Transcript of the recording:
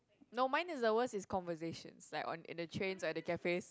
no mine is the worst is conversations like on in the train like the cafes